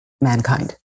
mankind